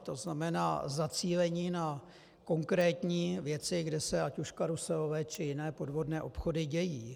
To znamená zacílení na konkrétní věci, kde se ať už karuselové, či jiné podvodné obchody dějí.